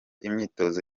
imyitozo